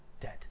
dead